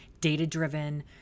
data-driven